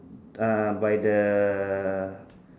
uh by the